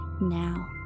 now